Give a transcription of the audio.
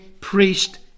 priest